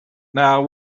now